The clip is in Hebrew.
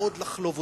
ועוד לחלוב אותה,